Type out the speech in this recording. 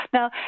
Now